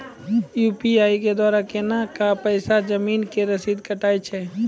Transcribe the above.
UPI के द्वारा केना कऽ पैसा जमीन के रसीद कटैय छै?